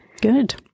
Good